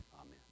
Amen